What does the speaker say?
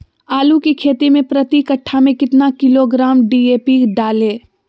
आलू की खेती मे प्रति कट्ठा में कितना किलोग्राम डी.ए.पी डाले?